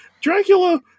Dracula